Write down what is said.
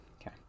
okay